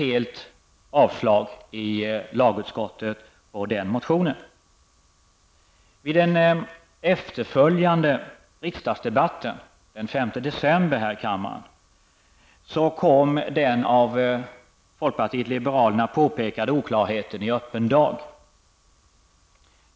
Tyvärr avstyrktes den aktuella motionen i lagutskottet. Vid den efterföljande debatten den 5 december här i kammaren kom den av oss i folkpartiet liberalerna påtalade oklarheten i öppen dag.